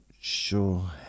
sure